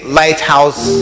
lighthouse